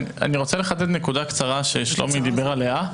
אני רוצה לחדד נקודה קצרה ששלומי דיבר עליה,